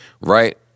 Right